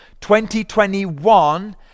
2021